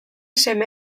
seme